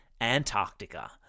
Antarctica